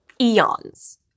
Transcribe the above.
eons